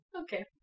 Okay